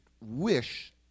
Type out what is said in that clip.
wish